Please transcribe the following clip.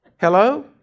Hello